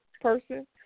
person